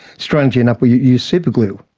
strangely enough we use superglue.